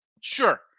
Sure